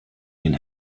den